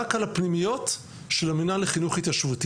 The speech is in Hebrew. הארגון מחזיק פנימיות עם הרבה מאוד בני נוער מרקעים מגוונים,